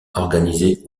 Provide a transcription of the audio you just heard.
organisée